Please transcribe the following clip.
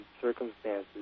circumstances